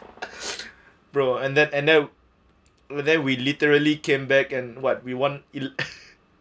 bro and that and then and we then we literally came back and what we won